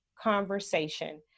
conversation